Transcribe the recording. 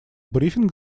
брифинг